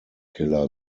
killer